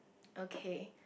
okay